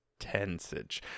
Tensage